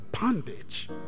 bondage